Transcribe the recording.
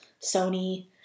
sony